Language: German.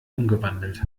umgewandelt